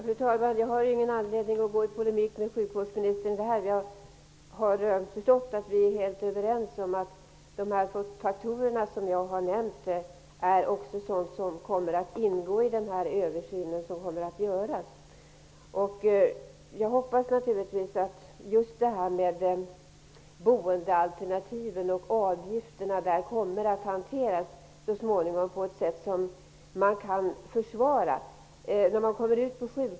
Fru talman! Jag har ingen anledning att polemisera med sjukvårdsministern. Jag har förstått att vi är helt överens om att dessa faktorer skall ingå i den översyn som skall göras. Jag hoppas naturligtvis att boendealternativen och avgifterna kommer att så småningom hanteras på ett sätt som kan försvaras.